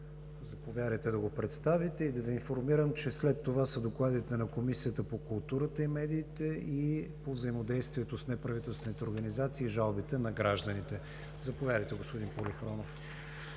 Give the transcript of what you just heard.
технологии и съобщения. И да Ви информирам, че след това са докладите на Комисията по културата и медиите и на Комисията по взаимодействието с неправителствените организации и жалбите на гражданите. Заповядайте, господин Полихронов.